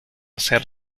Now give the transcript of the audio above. ser